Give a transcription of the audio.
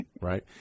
Right